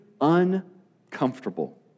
uncomfortable